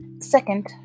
Second